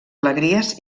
alegries